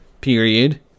period